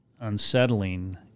unsettling